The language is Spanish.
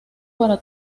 para